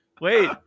wait